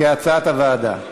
כהצעת הוועדה.